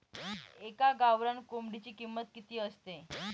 एका गावरान कोंबडीची किंमत किती असते?